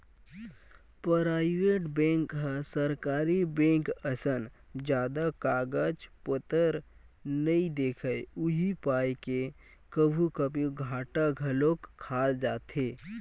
private bank ह सरकारी bank असन जादा कागज पतर नइ देखय उही पाय के कभू कभू घाटा घलोक खा जाथे